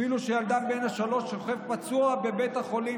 אפילו שילדם בן השלוש שוכב פצוע בבית החולים.